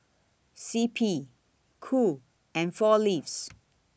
C P Cool and four Leaves